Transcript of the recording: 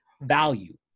value